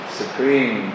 supreme